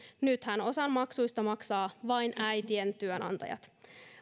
nythän osan maksuista maksavat vain äitien työnantajat